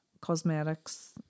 Cosmetics